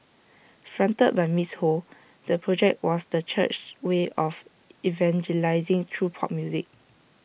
fronted by miss ho the project was the church's way of evangelising through pop music